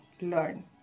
learn